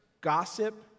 gossip